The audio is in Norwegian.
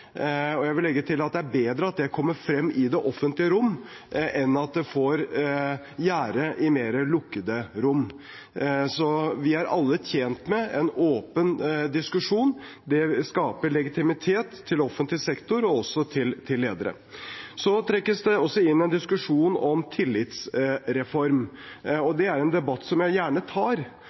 Jeg vil legge til at det er bedre at det kommer frem i det offentlige rom enn at det får gjære i mer lukkede rom. Så vi er alle tjent med en åpen diskusjon, det skaper legitimitet til offentlig sektor og til ledere. Det trekkes også inn en diskusjon om tillitsreform, og det er en debatt jeg gjerne tar,